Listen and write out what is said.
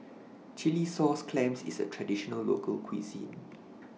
Chilli Sauce Clams IS A Traditional Local Cuisine